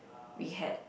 we had